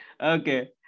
okay